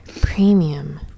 Premium